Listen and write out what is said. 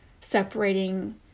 separating